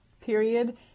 period